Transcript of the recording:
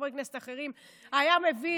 וחברי כנסת אחרים, מדהים.